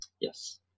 Yes